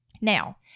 Now